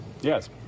Yes